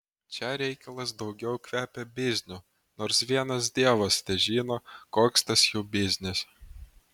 čia reikalas daugiau kvepia bizniu nors vienas dievas težino koks tas jų biznis